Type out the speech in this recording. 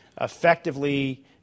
effectively